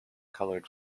colored